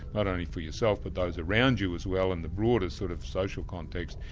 not only for yourself but those around you as well in the broader sort of social context,